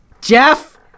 Jeff